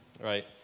right